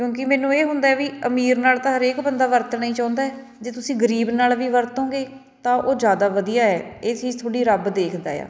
ਕਿਉਂਕਿ ਮੈਨੂੰ ਇਹ ਹੁੰਦਾ ਵੀ ਅਮੀਰ ਨਾਲ ਤਾਂ ਹਰੇਕ ਬੰਦਾ ਵਰਤਣਾ ਹੀ ਚਾਹੁੰਦਾ ਜੇ ਤੁਸੀਂ ਗਰੀਬ ਨਾਲ ਵੀ ਵਰਤੋਂਗੇ ਤਾਂ ਉਹ ਜ਼ਿਆਦਾ ਵਧੀਆ ਹੈ ਇਹ ਚੀਜ਼ ਤੁਹਾਡੀ ਰੱਬ ਦੇਖਦਾ ਹੈ